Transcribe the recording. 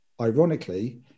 Ironically